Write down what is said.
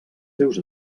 seus